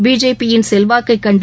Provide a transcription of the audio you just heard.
BJP யின் செல்வாக்கைக் கண்டு